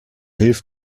hilf